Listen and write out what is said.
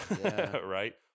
right